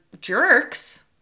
jerks